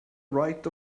right